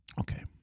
Okay